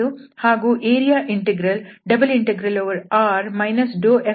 ಹಾಗೂ area integral ∬R F1∂ydA